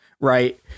Right